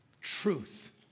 truth